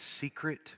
secret